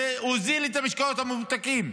זה הוזיל את המשקאות הממותקים,